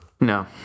No